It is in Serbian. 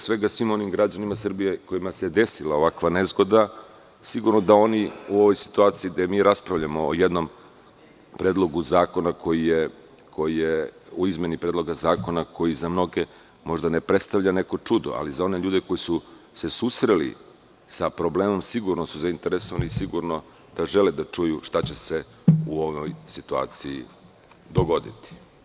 Svim onim građanima Srbije kojima se desila ovakva nezgoda sigurno da oni u ovoj situaciji gde mi raspravljamo o jednoj izmeni predloga zakona, koji za mnoge ne predstavlja možda neko čudo, ali za oni ljudi koji su se susreli sa problemom, sigurno su zainteresovani i sigurno da žele da čuju šta će se u ovoj situaciji dogoditi.